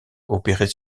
opérés